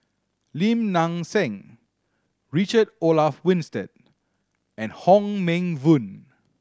Lim Nang Seng Richard Olaf Winstedt and Hong Meng Voon